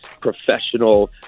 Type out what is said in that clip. professional